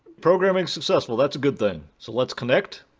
programming successful. tthat's a good thing. so let's connect.